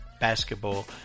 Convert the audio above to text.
basketball